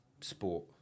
sport